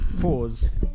pause